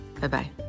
Bye-bye